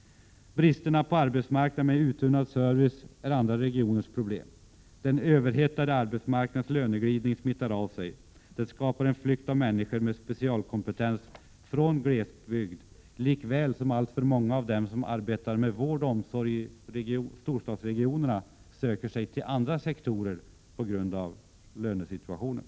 Bristerna på arbetsmarknader med uttunnad service är andra regioners problem. Den överhettade arbetsmarknadens löneglidning smittar av sig. Det skapar en flykt av människor med specialistkompetens från glesbygd, likaväl som alltför många av dem som arbetar med vård och omsorg i 19 storstadsregionerna söker sig till andra sektorer på grund av lönesituationen.